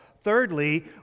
Thirdly